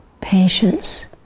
patience